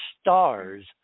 stars